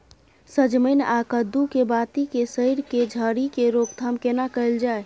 सजमैन आ कद्दू के बाती के सईर के झरि के रोकथाम केना कैल जाय?